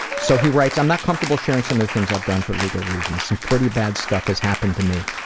so he writes i'm not comfortable sharing some of the things i've done for legal reasons, some pretty bad stuff has happened to me.